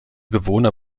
bewohner